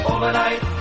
Overnight